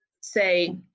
say